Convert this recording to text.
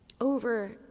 Over